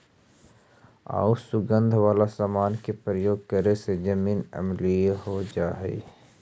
आउ सुगंध वाला समान के प्रयोग करे से जमीन अम्लीय हो जा हई